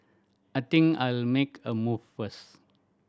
I think I'll make a move first